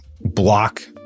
block